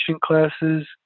classes